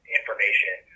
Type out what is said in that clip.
information